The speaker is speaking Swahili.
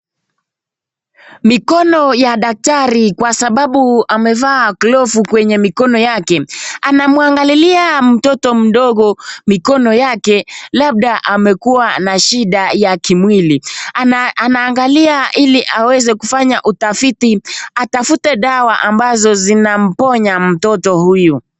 Mikono ya daktari kwa sababu amevaa glavu kwenye mikono yake. Anamwangalia mtoto mdogo mikono yake labda amekuwa na shida ya kimwili. Anaangalia ili aweze kufanya itafiti atafute dawa zinazomponya mtoto huyu.